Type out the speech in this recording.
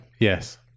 Yes